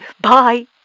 Bye